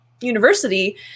university